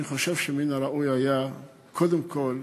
אני חושב שמן הראוי היה, קודם כול,